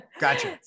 gotcha